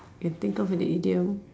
can think of an idiom